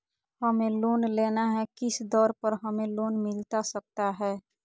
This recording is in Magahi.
हमें लोन लेना है किस दर पर हमें लोन मिलता सकता है?